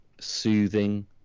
soothing